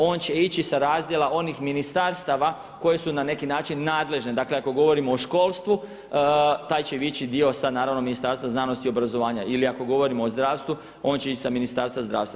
On će ići sa razdjela onih ministarstava koji su na neki način nadležne, dakle ako govorimo o školstvu taj će ići dio sa Ministarstva znanosti i obrazovanja ili ako govorimo o zdravstvu on će ići sa Ministarstva zdravstva.